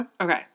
Okay